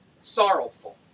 sorrowful